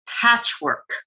patchwork